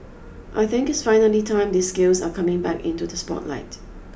I think it's finally time these skills are coming back into the spotlight